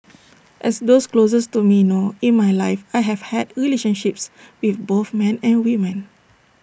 as those closest to me know in my life I have had relationships with both men and women